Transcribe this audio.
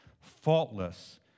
faultless